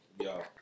Yo